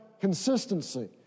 consistency